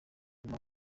muma